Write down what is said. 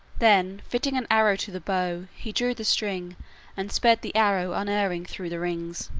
then fitting an arrow to the bow he drew the string and sped the arrow unerring through the rings.